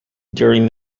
during